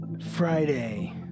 Friday